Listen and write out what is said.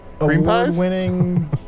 award-winning